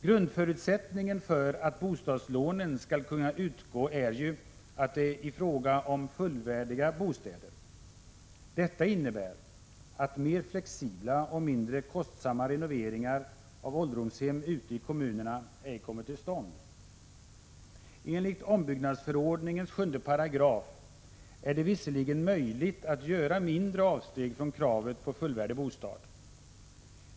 Grundförutsättningen för att bostadslånen skall kunna utgå är ju att det är fråga om fullvärdiga bostäder. Detta innebär att mer flexibla och mindre kostsamma renoveringar av ålderdomshem ute i kommunerna ej kommer till stånd. Enligt 7 § ombyggnadsförordningen är det visserligen möjligt att göra mindre avsteg från kravet på fullvärdig bostad.